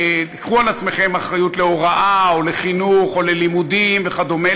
קחו על עצמכן אחריות להוראה או לחינוך או ללימודים וכדומה,